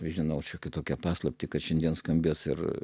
žinau šiokią tokią paslaptį kad šiandien skambės ir